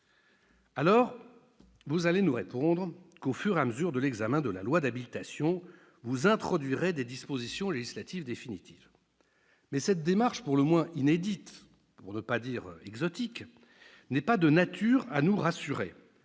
floues. Vous allez nous répondre qu'au fur et à mesure de l'examen de la loi d'habilitation vous introduirez des dispositions législatives définitives. Cette démarche pour le moins inédite, pour ne pas dire exotique, n'est pas de nature à nous rassurer,